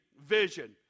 Vision